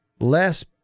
less